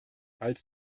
als